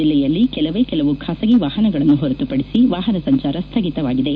ಜಿಲ್ಲೆಯಲ್ಲಿ ಕೆಲವೇ ಕೆಲವು ಖಾಸಗಿ ವಾಹನಗಳನ್ನು ಹೊರತುಪಡಿಸಿ ವಾಹನ ಸಂಚಾರ ಸ್ಟಗಿತವಾಗಿದೆ